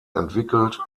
entwickelt